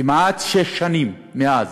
כמעט שש שנים מאז,